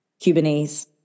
cubanese